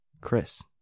Chris